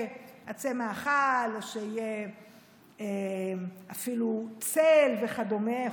עצי מאכל או שיהיה אפילו צל וכדומה,